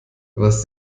was